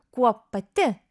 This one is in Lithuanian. kuo pati